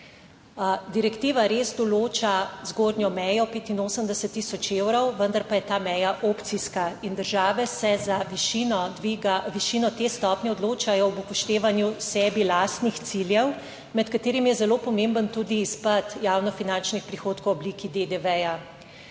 Direktiva res določa zgornjo mejo 85 tisoč evrov, vendar pa je ta meja opcijska in države se za višino dviga, višino te stopnje odločajo ob upoštevanju sebi lastnih ciljev, med katerimi je zelo pomemben tudi izpad javnofinančnih prihodkov v obliki DDV.